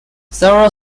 several